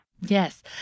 Yes